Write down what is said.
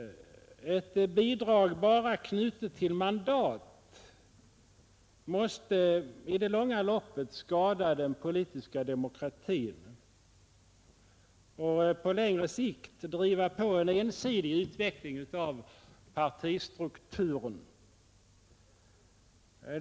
Ett bidrag bara knutet till mandat måste i det långa loppet skada den politiska demokratin och på längre sikt driva på en ensidig utveckling av partistrukturen.